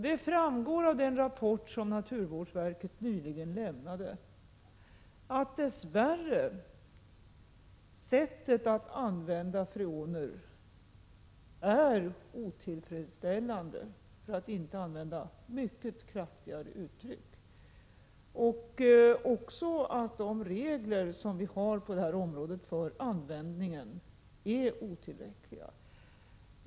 Det framgår av den rapport som naturvårdsverket nyligen lämnade att sättet att använda freoner dess värre är otillfredsställande för att inte använda mycket kraftigare uttryck. De regler som vi har för användning av freoner är otillräckliga.